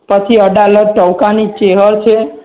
પછી અડાલજ ટહુકાની ચેહર છે